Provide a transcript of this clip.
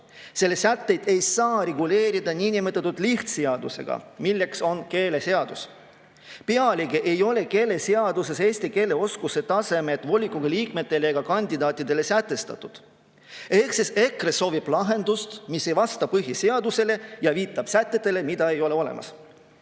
Selle sätteid ei saa reguleerida niinimetatud lihtseadusega, milleks on keeleseadus. Pealegi ei ole keeleseaduses eesti keele oskuse [nõuet] volikogu liikmetele ega kandidaatidele sätestatud. Ehk siis EKRE soovib lahendust, mis ei vasta põhiseadusele, ja viitab sätetele, mida ei ole olemas.